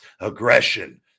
aggression